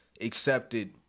accepted